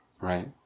right